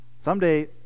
Someday